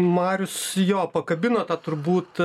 marius jo pakabino tą turbūt